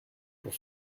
pour